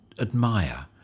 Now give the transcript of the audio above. admire